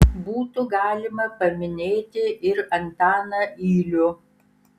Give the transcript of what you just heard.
būtų galima paminėti ir antaną ylių